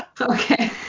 okay